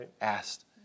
asked